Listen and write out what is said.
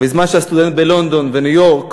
בזמן שהסטודנט בלונדון ובניו-יורק